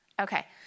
Okay